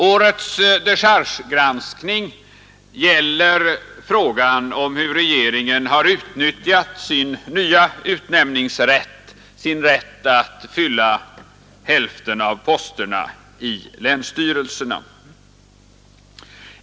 Årets dechargegranskning gäller frågan om hur regeringen har utnyttjat sin nya utnämningsrätt, sin rätt att fylla hälften av posterna i länsstyrelserna.